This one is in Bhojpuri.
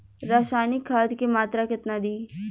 रसायनिक खाद के मात्रा केतना दी?